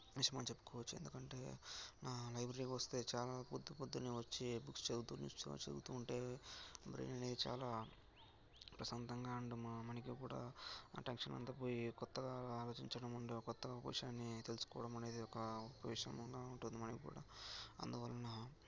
విషయమని చెప్పుకోవచ్చు ఎందుకంటే లైబ్రరీకోస్తే చాలా పొద్దు పొద్దున్నే వచ్చి బుక్స్ చదువుతు ఉంటే న్యూస్ పేపర్ చదువుతు ఉంటే బ్రైన్ అనేది చాలా ప్రశాంతంగా అండ్ మనకి కూడా టెన్షన్ అంతా పోయి కొత్తగా ఆలోచించడం కొత్తగా కూర్చొని తెలుసుకోవడమనేది ఒక విషయంగా ఉంటుంది మనక్కూడా అందువలన